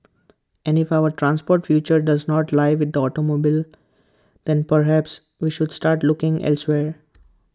and if our transport future does not lie with the automobile then perhaps we should start looking elsewhere